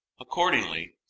accordingly